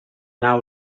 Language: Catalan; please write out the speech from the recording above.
nau